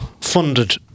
funded